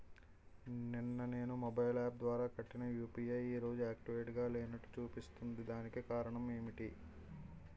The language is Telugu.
నిన్న నేను మొబైల్ యాప్ ద్వారా కట్టిన యు.పి.ఐ ఈ రోజు యాక్టివ్ గా లేనట్టు చూపిస్తుంది దీనికి కారణం ఏమిటి?